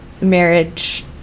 marriage